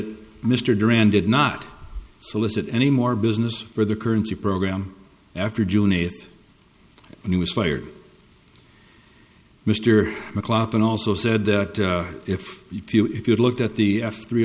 it mr duran did not solicit any more business for the currency program after june eighth and he was fired mr mclachlan also said that if you if you looked at the f three